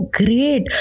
great